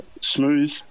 smooth